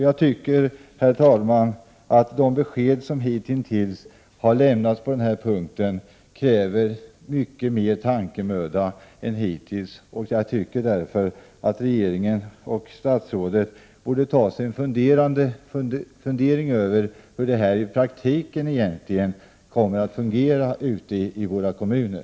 Jag tycker, herr talman, att de besked som hittills har lämnats på den här punkten kräver mycket mera tankemöda än hittills. Jag tycker därför att regeringen och statsrådet borde ta sig tid att fundera över hur det här i praktiken kommer att fungera ute i våra kommuner.